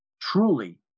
truly